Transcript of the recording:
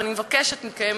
ואני מבקשת מכם,